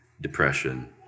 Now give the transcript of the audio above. depression